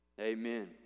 amen